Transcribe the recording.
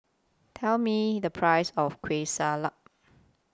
Tell Me The Price of Kueh Salat